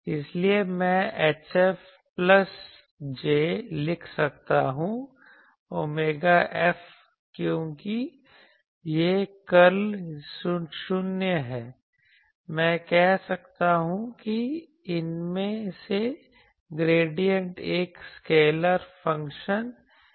इसलिए मैं HF plus j लिख सकता हूं ओमेगा F क्योंकि यह कर्ल 0 है मैं कह सकता हूं कि इनमें से ग्रेडिएंट एक स्केलर फ़ंक्शन Vm है